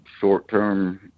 short-term